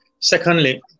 secondly